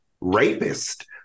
rapist